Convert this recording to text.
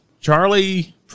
Charlie